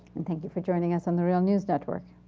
and thank you for joining us on the real news network.